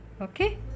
Okay